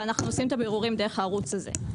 ואנחנו עושים את הבירורים דרך הערוץ הזה.